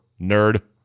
nerd